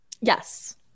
Yes